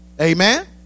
Amen